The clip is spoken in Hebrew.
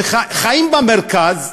שחיים במרכז,